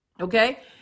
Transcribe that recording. Okay